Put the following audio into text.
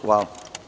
Hvala.